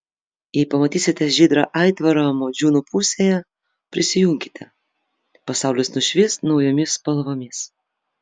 jei pamatysite žydrą aitvarą modžiūnų pusėje prisijunkite pasaulis nušvis naujomis spalvomis